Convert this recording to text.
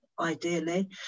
ideally